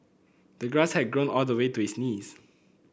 the grass had grown all the way to his knees